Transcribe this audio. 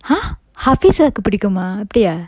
!huh! hafiza க்கு புடிக்குமா அப்படியா:kku pudikkuma appadiya